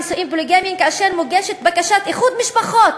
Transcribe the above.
נישואים פוליגמיים כאשר מוגשת בקשת איחוד משפחות.